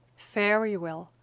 very well,